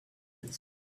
this